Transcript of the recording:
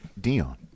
Dion